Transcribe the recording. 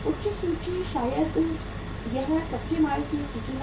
उच्च सूची शायद यह कच्चे माल की एक सूची है